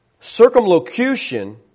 circumlocution